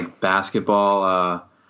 basketball